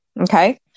Okay